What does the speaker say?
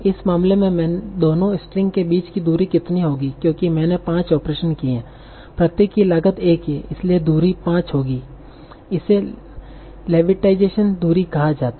इस मामले में दोनों स्ट्रिंग के बीच की दूरी कितनी होगी क्योंकि मैंने पाँच ऑपरेशन किए हैं प्रत्येक की लागत 1 है इसलिए दूरी 5 होगी इसे लेवेंसाइटिन दूरी कहा जाता है